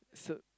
so